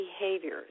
behaviors